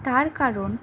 তার কারণ